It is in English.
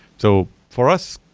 so for us,